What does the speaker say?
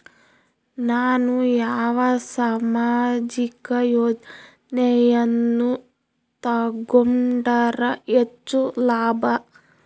ನಾನು ಯಾವ ಸಾಮಾಜಿಕ ಯೋಜನೆಯನ್ನು ತಗೊಂಡರ ಹೆಚ್ಚು ಲಾಭ?